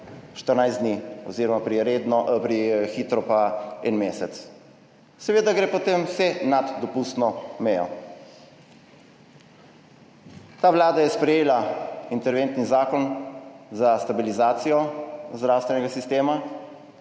14 dni, oziroma redno, hitro pa en mesec. Seveda gre potem vse nad dopustno mejo. Ta Vlada je sprejela interventni zakon za stabilizacijo zdravstvenega sistema,